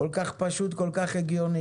כל כך פשוט, כל כך הגיוני.